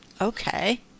okay